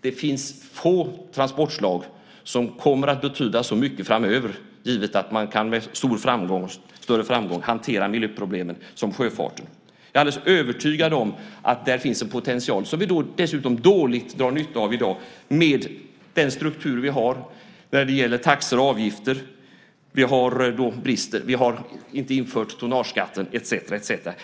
det finns få transportslag som kommer att betyda så mycket framöver, givet att man med större framgång kan hantera miljöproblemen, som sjöfarten. Jag är alldeles övertygad om att det där finns en potential som vi dessutom dåligt drar nytta av i dag med den struktur som vi har när det gäller taxor och avgifter. Vi har brister. Vi har inte infört tonnageskatten etcetera.